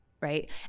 Right